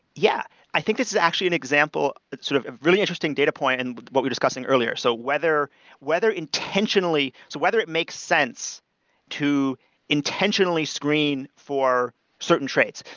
yeah. i think this is actually an example sort of a really interesting data point in what we're discussing earlier. so whether whether intentionally whether it makes sense to intentionally screen for certain traits.